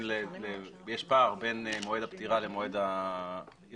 כאשר יש פער בין מועד הפטירה למועד הירושה